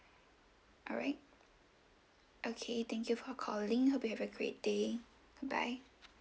alright okay thank you for calling hope you have a great day goodbye